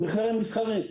זה חרם מסחרי.